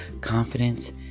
confidence